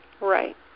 Right